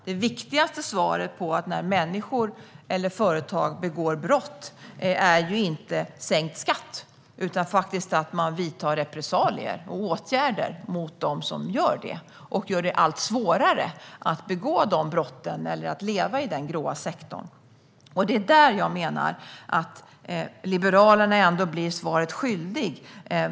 Det viktigaste svaret till människor eller företag som begår brott är inte sänkt skatt utan repressalier och att det vidtas åtgärder mot dem. Man måste göra det allt svårare att begå dessa brott eller att leva i denna grå sektor. Jag menar att Liberalerna där blir svaret skyldiga.